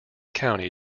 county